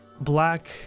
black